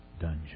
dungeon